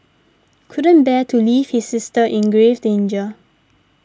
couldn't bear to leave his sister in grave danger